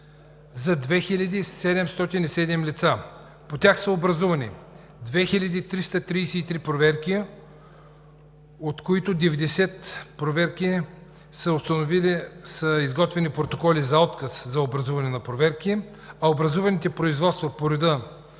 за 2707 лица. По тях са образувани 2333 проверки, от които 90 проверки са с изготвени протоколи за отказ за образуване на проверки, а образуваните производства по реда